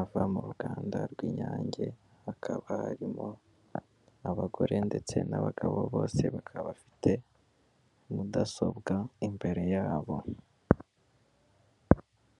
ava mu ruganda rw'inyange, hakaba harimo abagore ndetse n'abagabo, bose bakaba bafite mudasobwa imbere yabo.